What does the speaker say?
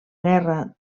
guerra